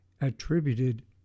attributed